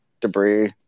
Debris